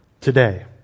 today